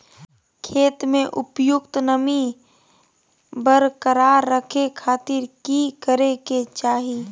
खेत में उपयुक्त नमी बरकरार रखे खातिर की करे के चाही?